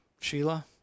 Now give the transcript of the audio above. Sheila